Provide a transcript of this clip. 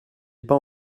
pas